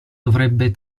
dovrebbe